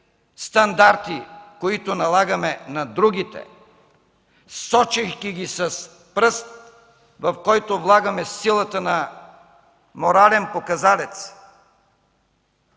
стандарти, които налагаме на другите, сочейки ги с пръст, в който влагаме силата на морален показалец?